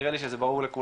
נראה לי שזה ברור לכולם,